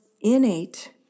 innate